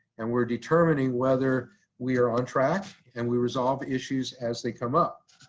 and we're determining whether we are on track and we resolve issues as they come up.